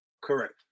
Correct